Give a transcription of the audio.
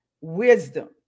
wisdom